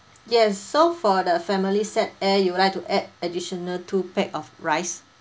yes so for the family set a you'd like to add additional two pack of rice